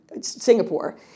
Singapore